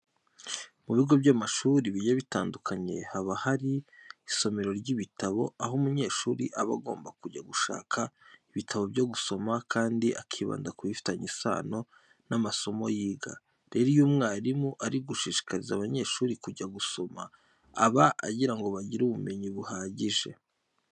Mu bigo by'amashuri bigiye bitandukanye haba hari isomero ry'ibitabo, aho umunyeshuri aba agomba kujya gushaka ibitabo byo gusoma kandi akibanda ku bifitanye isano n'amasomo yiga. Rero iyo umwarimu ari gushishikariza abanyeshuri kujya gusoma aba agira ngo bagire ubumenyi buhagije.